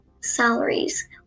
salaries